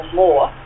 more